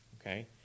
okay